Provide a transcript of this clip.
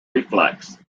reflex